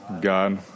God